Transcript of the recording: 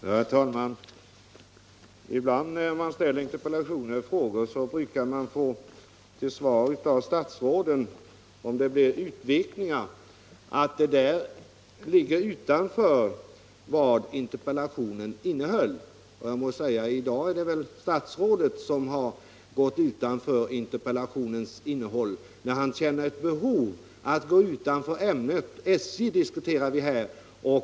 Herr talman! Man kan ibland i interpellationsoch frågedebatter, om man avviker från ämnet, få det svaret från statsrådet att man gått utanför interpellationens innehåll. Jag måste konstatera att det i dag är statsrådet som avviker från interpellationens innehåll. Vi diskuterar nu en SJ-fråga, närmast SJ:s busslinjegrupp i Växjö.